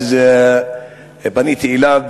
פניתי אליו,